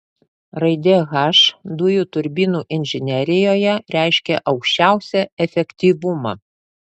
raidė h dujų turbinų inžinerijoje reiškia aukščiausią efektyvumą